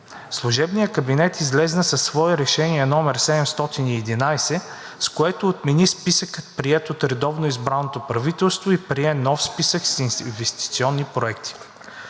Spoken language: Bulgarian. служебният кабинет излезе със свое Решение № 711, с което отмени списъка, приет от редовно избраното правителство, и прие нов списък с инвестиционни проекти.